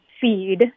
feed